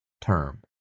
term